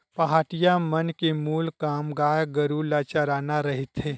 पहाटिया मन के मूल काम गाय गरु ल चराना रहिथे